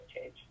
change